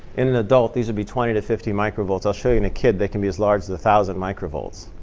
in an adult, these would be twenty to fifty microvolts. i'll show you in a kid. they can be as large as one thousand microvolts.